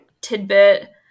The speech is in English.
tidbit